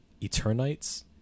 Eternites